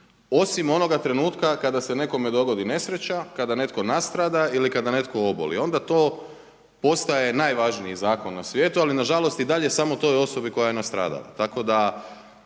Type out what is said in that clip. osim onoga trenutka kada se nekome dogodi nesreća, kada netko nastrada, ili kada netko oboli onda to postaje najvažniji zakon na svijetu ali na žalost i dalje samo toj osobi koja je nastradala.